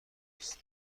است